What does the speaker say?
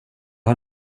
har